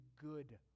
good